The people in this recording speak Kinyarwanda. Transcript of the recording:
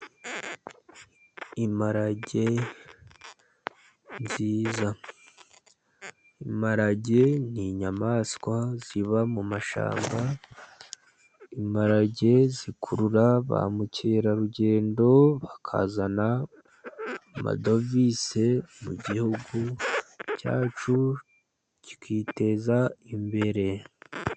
Imparage ni nziza, imparage n'inyamaswa ziba mu mashyamba, imparage zikurura ba mukerarugendo, bakazana amadovize mu gihugu cyacu kikiteza imbere.